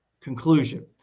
conclusion